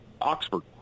Oxford